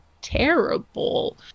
terrible